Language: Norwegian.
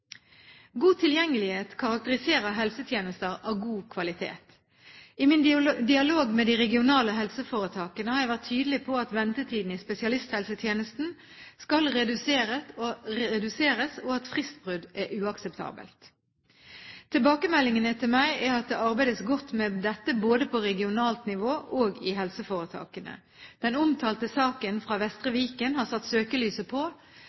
God tilgjengelighet karakteriserer helsetjenester av god kvalitet. I min dialog med de regionale helseforetakene har jeg vært tydelig på at ventetiden i spesialisthelsetjenesten skal reduseres, og at fristbrudd er uakseptabelt. Tilbakemeldingene til meg er at det arbeides godt med dette både på regionalt nivå og i helseforetakene. Den omtalte saken fra Vestre Viken har satt søkelyset på